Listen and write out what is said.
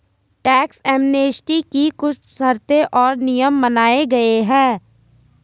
tax amnesty की कुछ शर्तें और नियम बनाये गये हैं